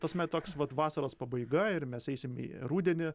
ta prasme toks vat vasaros pabaiga ir mes eisim į rudenį